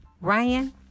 Ryan